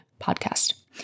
podcast